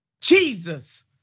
Jesus